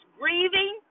grieving